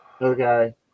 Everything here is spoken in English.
Okay